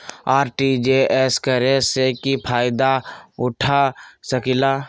RTGS करे से की फायदा उठा सकीला?